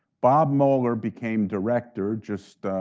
bob mueller became director just,